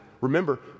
remember